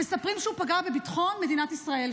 מספרים שהוא פגע בביטחון מדינת ישראל,